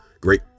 great